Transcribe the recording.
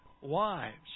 wives